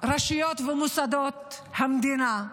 רשויות ומוסדות המדינה,